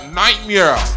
nightmare